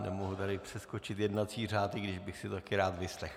Nemohu tady přeskočit jednací řád, i když bych si to také rád vyslechl.